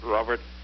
Robert